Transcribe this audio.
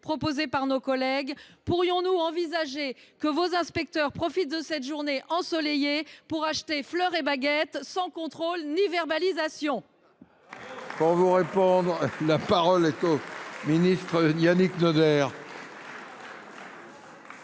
proposé par nos collègues, pourrions-nous envisager que vos inspecteurs profitent de cette journée ensoleillée pour acheter fleurs et baguettes sans contrôle ni verbalisation ?